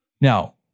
now